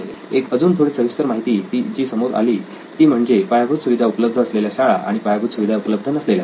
एक अजून थोडी सविस्तर माहिती जी समोर आली ती म्हणजे पायाभूत सुविधा उपलब्ध असलेल्या शाळा आणि पायाभूत सुविधा उपलब्ध नसलेल्या शाळा